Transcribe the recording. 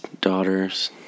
daughters